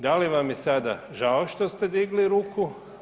Da li vam je sada žao što ste digli ruku?